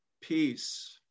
peace